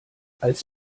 als